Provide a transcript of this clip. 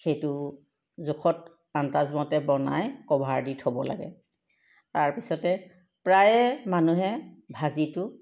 সেইটো জোখত আন্দাজমতে বনাই কভাৰ দি থ'ব লাগে তাৰপিছতে প্ৰায়ে মানুহে ভাজিটো